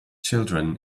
children